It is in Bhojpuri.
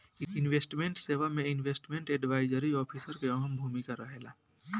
इन्वेस्टमेंट सेवा में इन्वेस्टमेंट एडवाइजरी ऑफिसर के अहम भूमिका रहेला